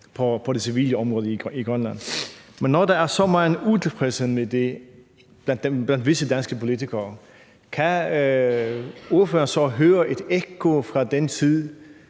på det civile område i Grønland. Men når der er så meget utilfredshed med det blandt visse danske politikere, kan ordføreren så høre et ekko fra den svundne